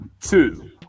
two